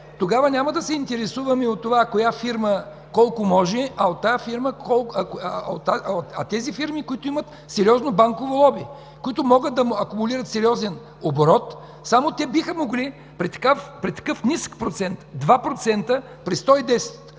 Тогава няма да се интересуваме от това коя фирма колко може. Само тези фирми, които имат сериозно банково лоби, които могат да акумулират сериозен оборот, при такъв нисък процент – 2%, при 110